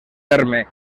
terme